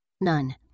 None